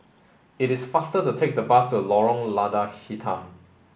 it is faster to take the bus to Lorong Lada Hitam